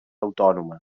autònoma